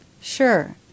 Sure